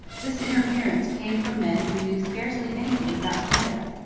this interference came from men who knew scarcely anything about canada.